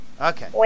okay